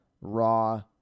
raw